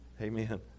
amen